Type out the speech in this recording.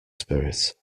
spirit